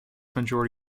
majority